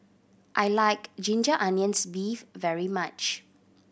I like ginger onions beef very much